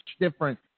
different